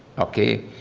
okay?